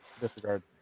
disregard